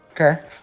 Okay